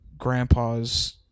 grandpa's